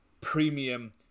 premium